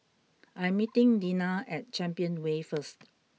I'm meeting Deanna at Champion Way first